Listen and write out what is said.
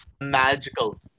magical